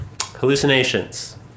hallucinations